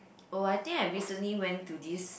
oh I think I recently went to this